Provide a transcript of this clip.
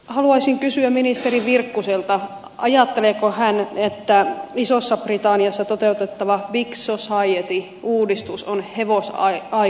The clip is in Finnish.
haluaisin kysyä ministeri virkkuselta ajatteleeko hän että isossa britanniassa toteutettava big society uudistus on hevosaikakautista